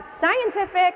scientific